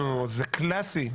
נו, זה קלאסי חוקה.